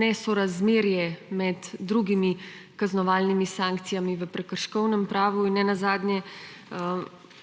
nesorazmerje med drugimi kaznovalnimi sankcijami v prekrškovnem pravu in nenazadnje